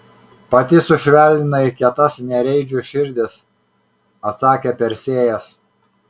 pati sušvelninai kietas nereidžių širdis atsakė persėjas